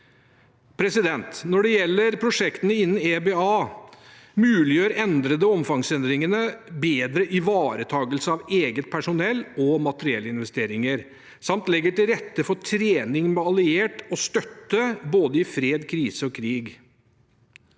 Når det gjelder prosjektene innen EBA, muliggjør omfangsendringene bedre ivaretakelse av eget personell og materiellinvesteringer, og det legger til rette for trening med allierte og støtte i både fred, krise og krig.